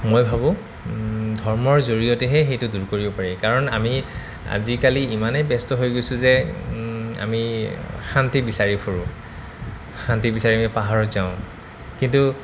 মই ভাবোঁ ধৰ্মৰ জৰিয়তেহে সেইটো দূৰ কৰিব পাৰি কাৰণ আমি আজিকালি ইমানেই ব্যস্ত হৈ গৈছোঁ যে আমি শান্তি বিচাৰি ফুৰোঁ শান্তি বিচাৰি আমি পাহাৰত যাওঁ কিন্তু